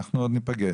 אנחנו עוד ניפגש.